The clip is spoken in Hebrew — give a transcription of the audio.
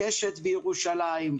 "קשת" בירושלים,